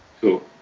Cool